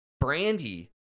brandy